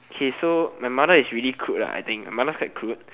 okay so my mother is really crude lah I think my mother is quite crude